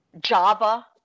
Java